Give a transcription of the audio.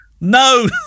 no